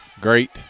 great